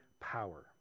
power